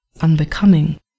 unbecoming